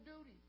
duty